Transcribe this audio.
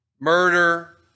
murder